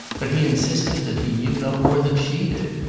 but he insisted that he knew no more than she did.